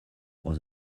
was